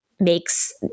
makes